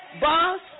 boss